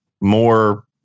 more